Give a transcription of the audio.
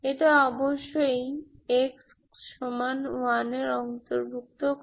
এটি অবশ্যই x1 অন্তর্ভুক্ত করে